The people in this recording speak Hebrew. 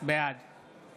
בעד